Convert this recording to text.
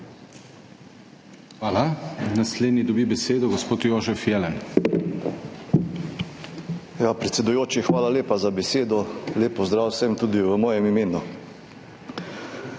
Hvala. Naslednji dobi besedo gospod Jožef Jelen. JOŽEF JELEN (PS SDS): Predsedujoči, hvala lepa za besedo. Lep pozdrav vsem tudi v mojem imenu!